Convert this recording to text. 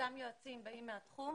אותם יועצים באים מהתחום,